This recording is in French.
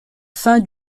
fin